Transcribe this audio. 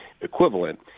equivalent